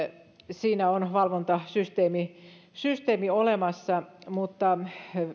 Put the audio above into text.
siinä on valvontasysteemi olemassa mutta